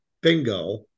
bingo